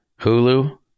Hulu